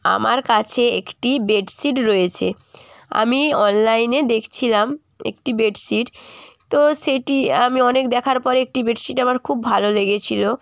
আমার কাছে একটি বেডশিট রয়েছে আমি অনলাইনে দেখছিলাম একটি বেডশিট তো সেটি আমি অনেক দেখার পরে একটি বেডশিট আমার খুব ভালো লেগেছিল